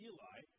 Eli